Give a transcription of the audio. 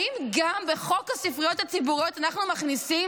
האם גם בחוק הספריות הציבוריות אנחנו מכניסים